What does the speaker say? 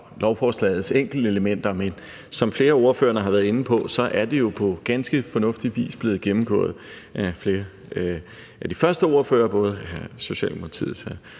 lovforslagets enkeltelementer, men som flere af ordførerne har været inde på, er det jo på ganske fornuftig vis blevet gennemgået af flere af de første ordførere, både Socialdemokratiets